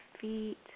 feet